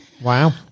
Wow